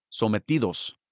sometidos